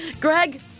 Greg